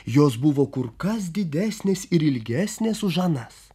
jos buvo kur kas didesnės ir ilgesnės už anas